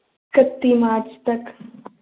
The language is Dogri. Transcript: कत्ती मार्च तक